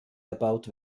erbaut